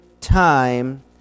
time